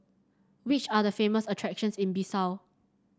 which are the famous attractions in Bissau